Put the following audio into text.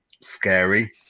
scary